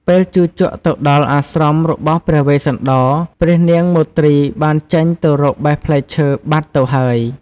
ពេលជូជកទៅដល់អាស្រមរបស់ព្រះវេស្សន្តរ ព្រះនាងមទ្រីបានចេញទៅរកបេះផ្លែឈើបាត់ទៅហើយ។